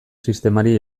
sistemari